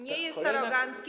Nie jest arogancki.